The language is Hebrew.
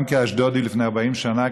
גם כאשדודי לפני 40 שנה,